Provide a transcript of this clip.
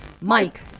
Mike